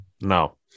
No